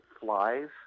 flies